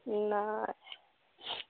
नहि